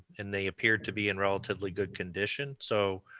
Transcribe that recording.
and they appeared to be in relatively good condition. so